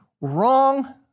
Wrong